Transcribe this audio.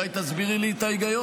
אולי תסבירי לי את ההיגיון,